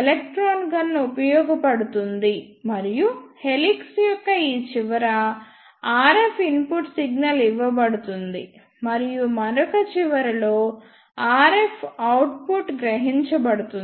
electron gun ఉపయోగించబడుతుంది మరియు helix యొక్క ఈ చివర RF ఇన్పుట్ సిగ్నల్ ఇవ్వబడుతుంది మరియు మరొక చివరలో RF అవుట్పుట్ గ్రహించబడుతుంది